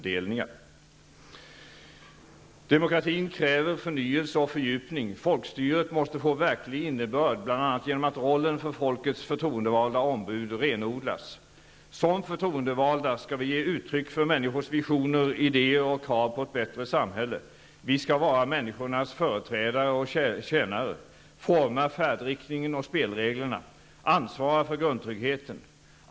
Demokratin kräver förnyelse och fördjupning. Folkstyret måste få verklig innebörd -- bl.a. genom att rollen för folkets förtroendevalda ombud renodlas. Som förtroendevalda skall vi ge uttryck för människors visioner, idéer och krav på ett bättre samhälle. Vi skall vara människornas företrädare och tjänare: forma färdriktningen och spelreglerna, ansvara för grundtryggheten.